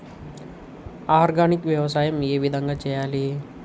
Organic వ్యవసాయం ఏ విధంగా చేయాలి?